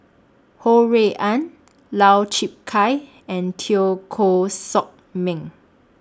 Ho Rui An Lau Chiap Khai and Teo Koh Sock Miang